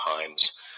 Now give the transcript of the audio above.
times